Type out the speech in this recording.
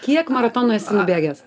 kiek maratonų esi nubėgęs